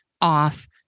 off